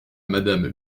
madame